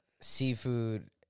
seafood